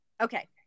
Okay